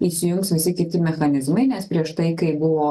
įsijungs visi kiti mechanizmai nes prieš tai kai buvo